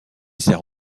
sert